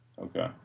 Okay